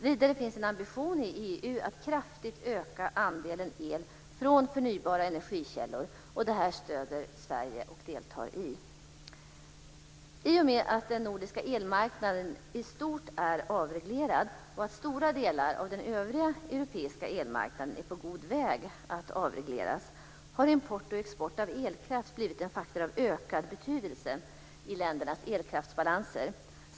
Vidare finns en ambition i EU att kraftigt öka andelen el från förnybara energikällor. Det arbetet stöder Sverige och deltar i. I och med att den nordiska elmarknaden i stort är avreglerad och att stora delar av den övriga europeiska elmarknaden är på god väg att avregleras har import och export av elkraft blivit en faktor av ökad betydelse i ländernas elkraftsbalanser.